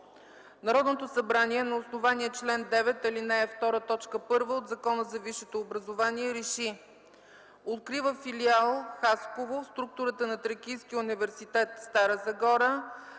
Народното събрание на основание чл. 9, ал. 2, т. 1 от Закона за висшето образование РЕШИ: Открива Филиал – Хасково, в структурата на Тракийския университет – Стара Загора,